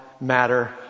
matter